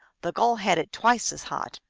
the gull had it twice as hot.